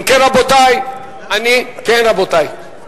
אם כן, רבותי, כן, רבותי.